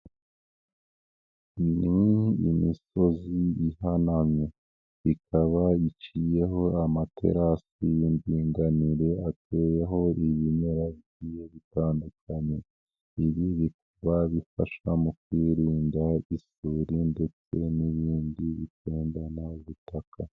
Imisozi iciyeho amaterasi y'indinganire ihinzweho ibimera bitandukanye bishobora gufasha mu kwirinda isuri .